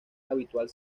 habitual